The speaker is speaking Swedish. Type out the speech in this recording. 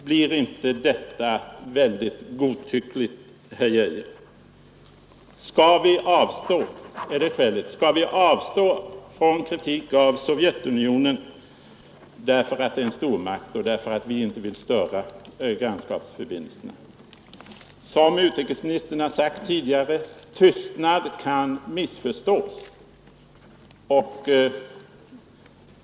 Blir inte detta väldigt godtyckligt, herr Geijer? Skall vi avstå från kritik av Sovjetunionen därför att det är en stormakt och därför att vi inte vill störa grannskapsförbindelserna? Som utrikesministern sagt tidigare — tystnad kan missförstås.